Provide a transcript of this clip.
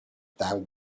that